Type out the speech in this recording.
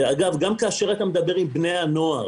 גם כשאתה מדבר עם בני הנוער